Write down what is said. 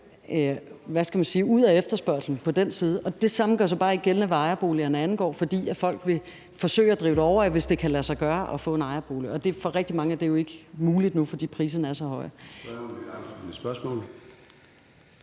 ud af efterspørgslen på den side, så gør det samme sig bare ikke gældende, hvad ejerboligerne angår, fordi folk vil forsøge at drive derover, hvis det kan lade sig gøre at få en ejerbolig. Og for rigtig mange er det jo ikke muligt nu, fordi priserne er så høje.